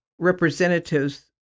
representatives